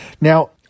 Now